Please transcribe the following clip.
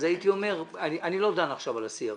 הייתי אומר שאני לא דן עכשיו על ה-CRS.